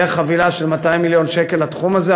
חבילה של 200 מיליון שקל לתחום הזה.